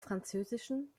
französischen